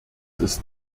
ist